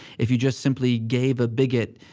if you just simply gave a bigot,